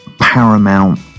Paramount